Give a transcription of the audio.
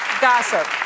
gossip